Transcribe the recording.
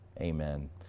Amen